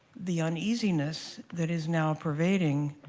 the uneasiness that is now pervading